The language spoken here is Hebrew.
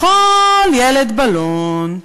לכל ילד בלון.